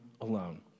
Alone